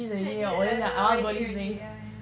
mac and cheese already yeah yeah